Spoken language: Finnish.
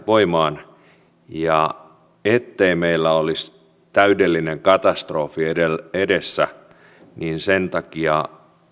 voimaan ja ettei meillä olisi täydellinen katastrofi edessä niin sen takia